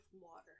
water